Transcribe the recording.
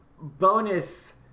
bonus